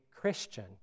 Christian